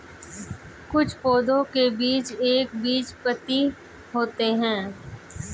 कुछ पौधों के बीज एक बीजपत्री होते है